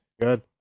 Good